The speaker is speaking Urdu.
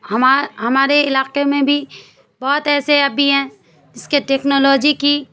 ہمارے ہمارے علاقے میں بھی بہت ایسے اب بھی ہیں جس کے ٹیکنالوجی کی